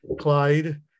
clyde